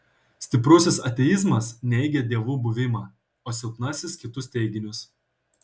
stiprusis ateizmas neigia dievų buvimą o silpnasis kitus teiginius